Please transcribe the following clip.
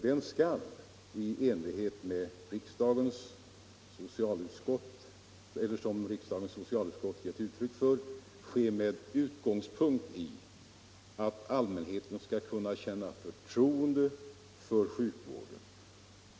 Den skall, så som riksdagens socialutskott givit uttryck för, ske med utgångspunkt i att allmänheten skall kunna känna förtroende för sjukvården.